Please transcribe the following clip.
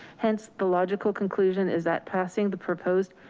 hence the logical conclusion is that passing the proposed